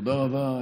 תודה רבה,